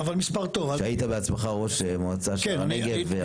שהיית בעצמך ראש מועצה שער הנגב הרבה שנים.